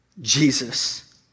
Jesus